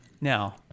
Now